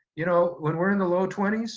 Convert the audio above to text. you know when we're in the low twenty s,